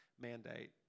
mandate